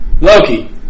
Loki